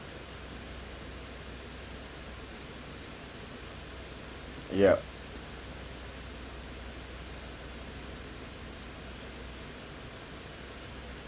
yup